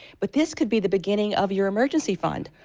but this could be the beginning of your emergency fund.